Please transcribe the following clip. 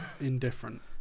Indifferent